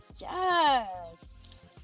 Yes